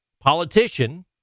politician